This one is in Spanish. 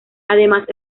además